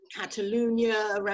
Catalonia